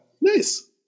nice